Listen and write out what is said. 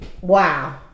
wow